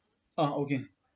ah okay